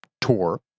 tour